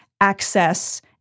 access